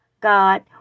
God